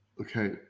okay